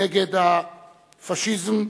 נגד הפאשיזם.